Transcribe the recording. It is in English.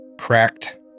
cracked